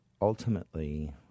ultimately